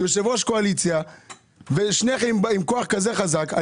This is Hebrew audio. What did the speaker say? אתה יושב-ראש הקואליציה ושניכם עם כוח כזה חזק.